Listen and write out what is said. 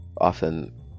often